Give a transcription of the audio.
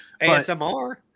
ASMR